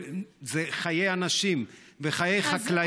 אלה חיי אנשים וחיי חקלאים,